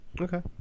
Okay